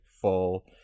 full